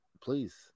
please